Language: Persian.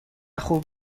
خوب